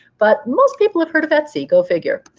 but most people have heard of etsy. go figure.